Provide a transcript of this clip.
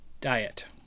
Diet